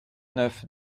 neuf